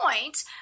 point